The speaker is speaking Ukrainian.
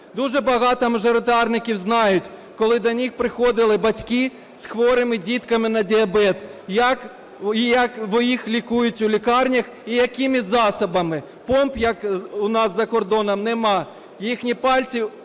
Дуже багато мажоритарників знають, коли до них приходили батьки з хворими дітками на діабет, як їх лікують у лікарнях і якими засобами. Помп у нас, як за кордоном, нема, їхні пальці